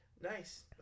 Nice